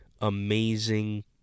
amazing